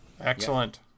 excellent